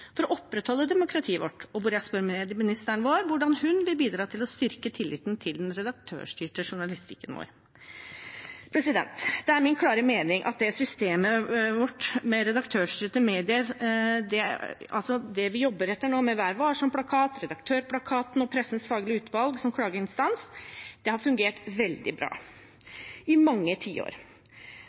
for å opprettholde demokratiet vårt, og der jeg spør medieministeren vår hvordan hun vil bidra til å styrke tilliten til den redaktørstyrte journalistikken vår. Det er min klare mening at det systemet som redaktørstyrte medier har jobbet etter, med Vær Varsom-plakaten, med Redaktørplakaten og med Pressens Faglige Utvalg som klageinstans, har fungert veldig bra i mange tiår.